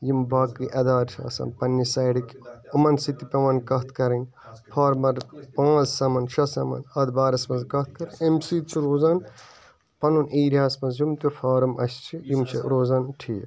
یِم باقٕے ادارٕ چھِ آسان پَننہِ سایڈٕکۍ یِمَن سٕتۍ تہِ پیٚوان کَتھ کَرٕنۍ فارمَر پٲنٛژھ سَمَن شےٚ سَمَن اَتھ بارَس مَنٛز کَتھ کَرٕنۍ اَمہِ سٕتۍ چھِ روزان پَنُن ایرِیا ہَس مَنٛز یِم تہِ فارَم اسہِ چھِ یِم چھِ روزان ٹھیٖک